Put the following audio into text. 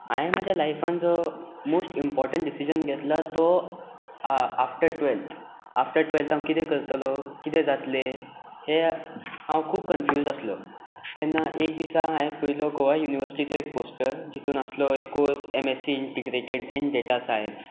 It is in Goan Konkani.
हांवें म्हज्या लायफांत जो मॉस्ट इम्पोर्टंट डिसिझन घेतला तो आफ्टर टुवेल्थ आफ्टर टुवेल्थ हांव कितें करतलो कितें जातलें हें हांव खूब कन्फ्यूज्ड आसलो तेन्ना एका दिसा हांवें पळयलो गोवा युनिवर्सिटीचो एक पोस्टर जातून आसलो एक course M S C in data science